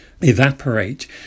evaporate